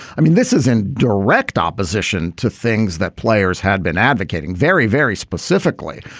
i mean, this is in direct opposition to things that players had been advocating very, very specifically.